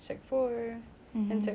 time we had to go sec five